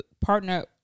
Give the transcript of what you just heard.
partner